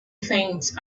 things